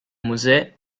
mosè